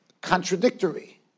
contradictory